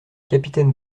capitaine